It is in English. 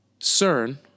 CERN